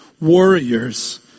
warriors